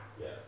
Yes